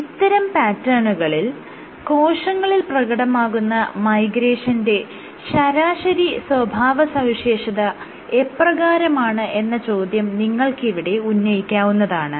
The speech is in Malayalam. ഇത്തരം പാറ്റേണുകളിൽ കോശങ്ങളിൽ പ്രകടമാകുന്ന മൈഗ്രേഷന്റെ ശരാശരി സ്വഭാവസവിശേഷത എപ്രകാരമാണ് എന്ന ചോദ്യം നിങ്ങൾക്ക് ഇവിടെ ഉന്നയിക്കാവുന്നതാണ്